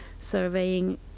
surveying